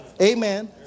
Amen